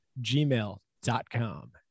gmail.com